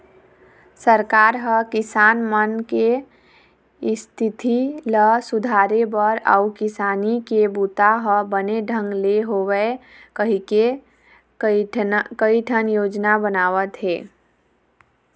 सरकार ह किसान मन के इस्थिति ल सुधारे बर अउ किसानी के बूता ह बने ढंग ले होवय कहिके कइठन योजना बनावत हे